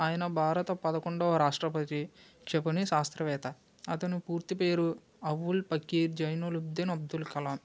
ఆయన భారత పదకొండవ రాష్ట్రపతి క్షిపణి శాస్త్రవేత్త అతను పూర్తి పేరు అవుల్ పకీర్ జైనులుబ్ధిన్ అబ్దుల్ కలాం